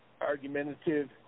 argumentative